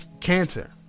cancer